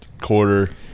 quarter